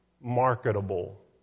marketable